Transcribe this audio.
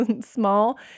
small